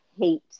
hate